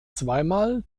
zweimal